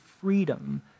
freedom